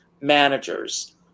managers